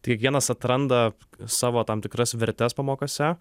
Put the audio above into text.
tai kiekvienas atranda savo tam tikras vertes pamokose